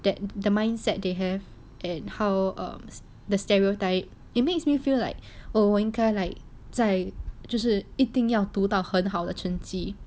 that the mindset they have and how um the stereotype it makes me feel like oh 因该 like 在就是一定要读到很好的成绩